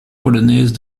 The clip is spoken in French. polonaise